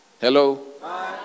Hello